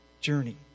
journey